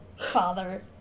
father